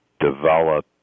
develop